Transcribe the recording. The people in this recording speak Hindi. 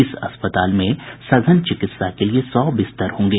इस अस्पताल में सघन चिकित्सा के लिए सौ बिस्तर होंगे